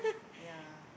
yeah